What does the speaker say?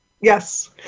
Yes